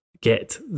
get